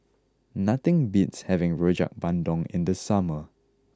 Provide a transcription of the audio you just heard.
nothing beats having Rojak Bandung in the summer